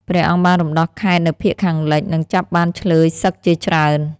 ព្រះអង្គបានរំដោះខេត្តនៅភាគខាងលិច និងចាប់បានឈ្លើយសឹកជាច្រើន។"